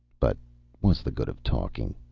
but what's the good of talking!